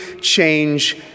change